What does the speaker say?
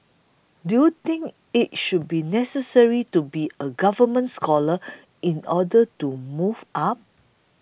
do you think it should be necessary to be a government scholar in order to move up